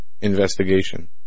investigation